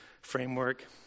framework